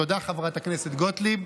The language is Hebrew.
תודה, חברת הכנסת גוטליב.